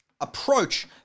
approach